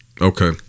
okay